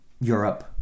Europe